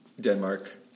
Denmark